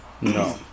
No